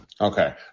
Okay